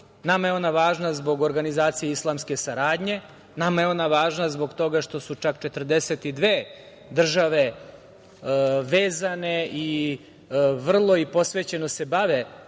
Nama je ona važna zbog organizacije islamske saradnje, nama je ona važna što su čak 42 države vezane i vrlo i posvećeno se bave